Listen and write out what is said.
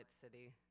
City